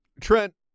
Trent